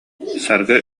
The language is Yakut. саргы